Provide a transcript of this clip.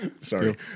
Sorry